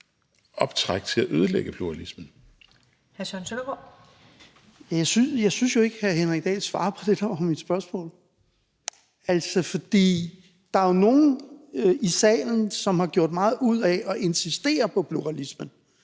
Søren Søndergaard (EL): Jeg synes jo ikke, hr. Henrik Dahl svarer på det, der var mit spørgsmål. For der er jo nogle i salen, som har gjort meget ud af at insistere på pluralismen,